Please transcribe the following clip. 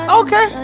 okay